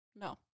No